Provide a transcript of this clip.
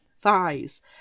thighs